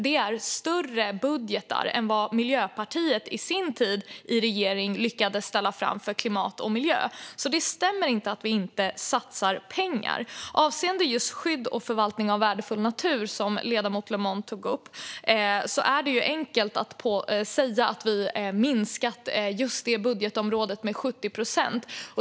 Det är en större budget än vad Miljöpartiet under sin tid i regering lyckades ställa fram för klimat och miljö. Det stämmer alltså inte att vi inte satsar pengar. Avseende just skydd och förvaltning av värdefull natur, som ledamoten Le Moine tog upp, är det enkelt att säga att vi har minskat just det budgetområdet med 70 procent.